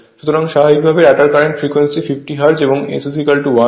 সুতরাং স্বাভাবিকভাবেই rotor current frequency 50 hertz এবং S1 হয়